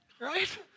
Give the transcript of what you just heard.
right